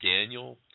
Daniel